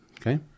Okay